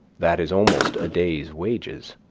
that is almost a day's wages.